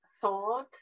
thought